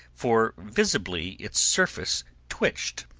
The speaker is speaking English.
for visibly its surface twitched.